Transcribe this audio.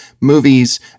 movies